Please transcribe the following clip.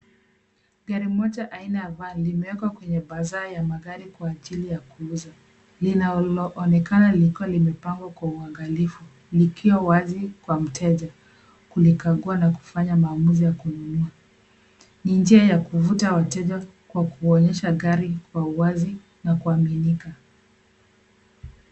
Gari moja aina ya SUV limewekwa kwenye banda la magari kwa ajili ya kuuzwa. Linaonekana liko kwenye mpangilio wa kuangaliwa. Ni wazi kwa mteja kulikagua na kufanya maamuzi ya kununua. Ni njia ya kuwavutia wateja kwa kuonyesha gari kwa wazi na kwa mvuto.